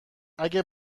اگه